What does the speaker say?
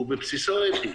הוא בבסיסו אתי.